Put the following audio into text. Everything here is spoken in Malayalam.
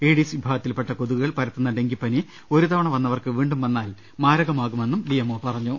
ഈഡിസ് വിഭാഗത്തിൽ പെട്ട കൊതുകു കൾ പരത്തുന്ന ഡെങ്കിപ്പനി ഒരുവതണ വന്നവർക്ക് വീണ്ടും വന്നാൽ മാരകമാകുമെന്നും ഡിഎംഒ പറഞ്ഞു